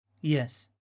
Yes